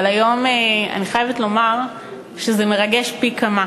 אבל היום אני חייבת לומר שזה מרגש פי כמה,